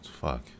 fuck